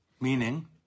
meaning